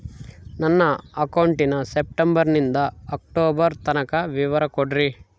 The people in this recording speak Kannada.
ನನ್ನ ಅಕೌಂಟಿನ ಸೆಪ್ಟೆಂಬರನಿಂದ ಅಕ್ಟೋಬರ್ ತನಕ ವಿವರ ಕೊಡ್ರಿ?